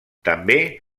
també